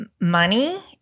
money